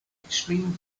extreme